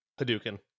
Hadouken